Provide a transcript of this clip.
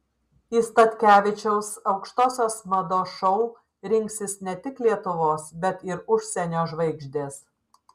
į statkevičiaus aukštosios mados šou rinksis ne tik lietuvos bet ir užsienio žvaigždės